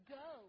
go